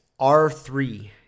R3